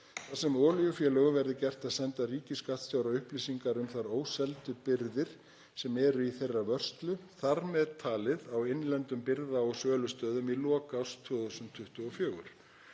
þar sem olíufélögunum verður gert að senda ríkisskattstjóra upplýsingar um þær óseldu birgðir sem eru í þeirra vörslu, þ.m.t. á innlendum birgða- og sölustöðum í lok árs 2024.